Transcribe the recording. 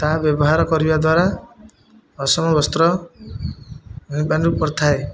ତାହା ବ୍ୟବହାର କରିବା ଦ୍ୱାରା ପଶମ ବସ୍ତ୍ର ପଡ଼ିଥାଏ